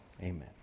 Amen